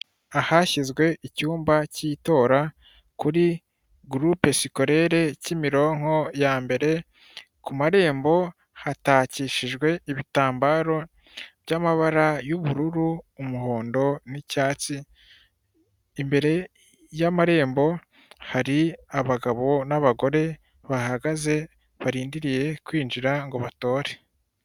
Ahashyizwe icyumba cy'itora kuri gurupe sikorere kimironko ya mbere, ku marembo hatakishijwe ibitambaro by'amabara y'ubururu, umuhondo n'icyatsi. Imbere y'amarembo hari abagabo n'abagore bahagaze barindiriye kwinjira ngo batore.